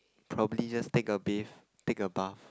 probably just take a bathe take a bath